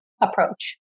approach